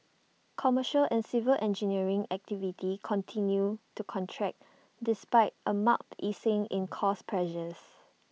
commercial and civil engineering activity continued to contract despite A marked easing in cost pressures